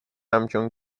همچون